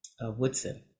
Woodson